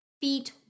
feet